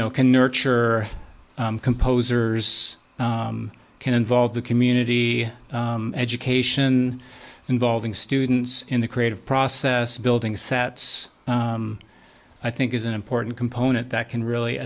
know can nurture composers can involve the community education involving students in the creative process building sets i think is an important component that can really